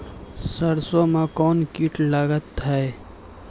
सरसों मे कौन कीट लगता हैं?